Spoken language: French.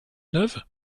neuve